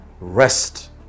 rest